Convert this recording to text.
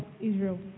Israel